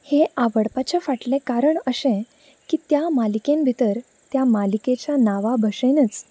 हें आवडपाचे फाटलें कारण अशें की त्या मालिकेन भितर त्या मालिकेच्या नांवा भशेनच